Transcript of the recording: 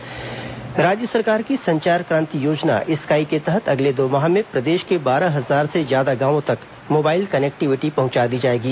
संचार क्रांति योजना राज्य सरकार की संचार क्रांति योजना स्काई के तहत अगले दो माह में प्रदेश के बारह हजार से ज्यादा गांवों तक मोबाइल कनेक्टिविटी पहुंचा दी जाएगी